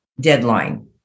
deadline